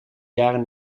jaren